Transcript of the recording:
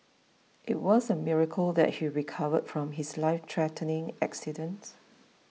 it was a miracle that he recovered from his life threatening accident